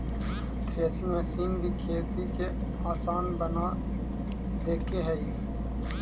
threshing machine भी खेती के आसान बना देके हइ